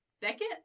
Beckett